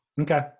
Okay